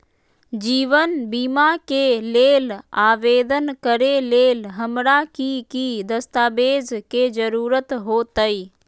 जीवन बीमा के लेल आवेदन करे लेल हमरा की की दस्तावेज के जरूरत होतई?